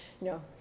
No